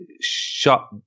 Shut